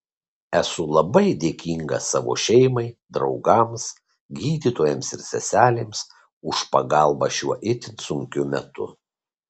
esu labai dėkinga savo šeimai draugams gydytojams ir seselėms už pagalbą šiuo itin sunkiu metu